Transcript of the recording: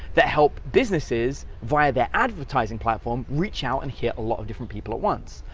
that help businesses via their advertising platform, reach out and hit a lot of different people at once.